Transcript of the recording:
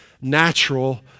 natural